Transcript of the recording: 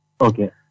Okay